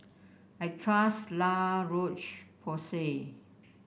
I trust La Roche Porsay